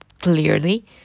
clearly